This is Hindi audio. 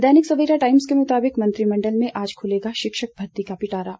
दैनिक सवेरा टाइम्स के मुताबिक मंत्रिमंडल में आज खुलेगा शिक्षक भर्ती का पिटारा